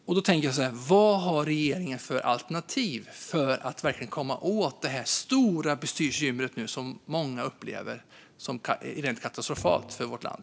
Jag undrar då: Vad har regeringen för alternativ för att komma åt det här stora bekymret, som många upplever som rent katastrofalt för vårt land?